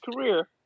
career